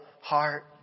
heart